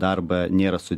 darbą nėra su